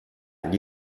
gli